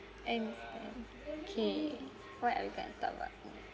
and and okay what are we going to talk about